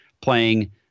playing